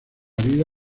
vida